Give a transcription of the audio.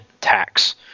tax